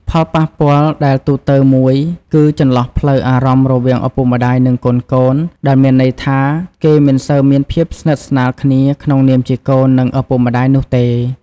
ផលប៉ះពាល់ដែលទូទៅមួយគឺចន្លោះផ្លូវអារម្មណ៍រវាងឪពុកម្តាយនិងកូនៗ ដែលមានន័យថាគេមិនសូវមានភាពស្និទ្ធស្នាលគ្នាក្នុងនាមជាកូន និងឪពុកម្ដាយនោះទេ។